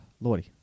Lordy